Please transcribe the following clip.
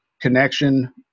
connection